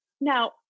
Now